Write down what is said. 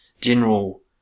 general